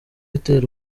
itera